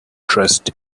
trust